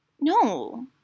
No